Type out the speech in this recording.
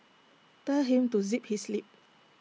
tell him to zip his lip